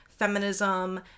feminism